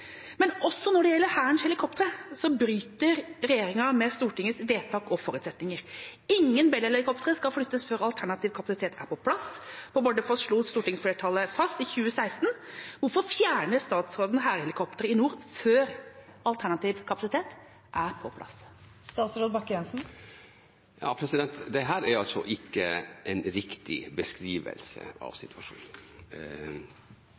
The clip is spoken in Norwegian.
Også når det gjelder Hærens helikoptre, bryter regjeringen med Stortingets vedtak og forutsetninger. Ingen Bell-helikoptre skulle flyttes før alternativ kapasitet var på plass på Bardufoss, slo stortingsflertallet fast i 2016. Hvorfor fjerner statsråden Hærens helikoptre i nord før alternativ kapasitet er på plass? Dette er ikke en riktig beskrivelse av situasjonen. Når det